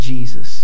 Jesus